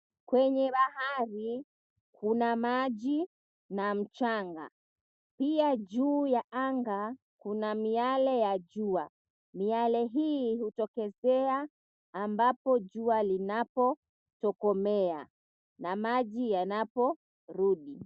Kwenye bahari kuna maji na mchanga pia juu ya anga kuna miale ya jua. Miale hii hutokezea ambapo jua linapotokomea na maji yanaporudi.